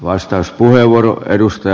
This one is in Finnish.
arvoisa puhemies